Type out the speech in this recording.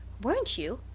weren't you?